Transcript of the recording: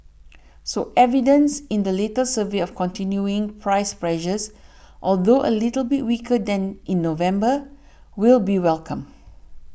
so evidence in the latest survey of continuing price pressures although a little bit weaker than in November will be welcomed